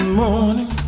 morning